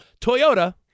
Toyota